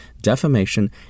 defamation